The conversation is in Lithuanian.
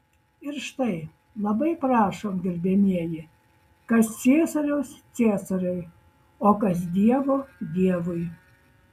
ir štai labai prašom gerbiamieji kas ciesoriaus ciesoriui o kas dievo dievui